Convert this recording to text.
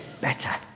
better